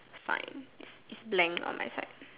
fine length on my side